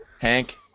Hank